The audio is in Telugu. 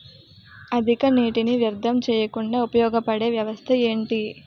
అధిక నీటినీ వ్యర్థం చేయకుండా ఉపయోగ పడే వ్యవస్థ ఏంటి